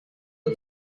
had